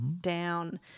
Down